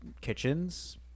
Kitchens